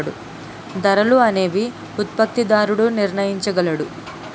ధరలు అనేవి ఉత్పత్తిదారుడు నిర్ణయించగలడు